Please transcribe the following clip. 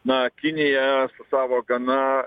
na kinija su savo gana